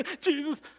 Jesus